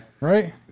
Right